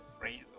phrase